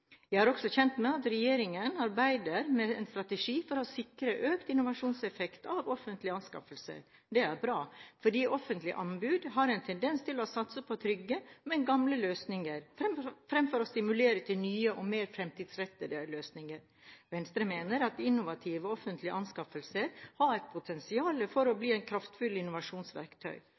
Jeg er også kjent med at regjeringen arbeider med en strategi for å sikre økt innovasjonseffekt av offentlige anskaffelser. Det er bra fordi offentlige anbud har en tendens til å satse på trygge, men gamle løsninger, fremfor å stimulere til nye og mer fremtidsrettede løsninger. Venstre mener at innovative offentlige anskaffelser har et potensial for å bli et kraftfullt innovasjonsverktøy